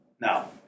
Now